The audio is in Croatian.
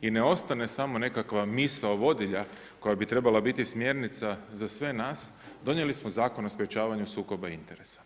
i ne ostane samo nekakva misao vodilja koja bi trebala biti smjernica za sve nas, donijeli smo Zakon o sprječavanju sukoba interesa.